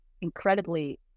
incredibly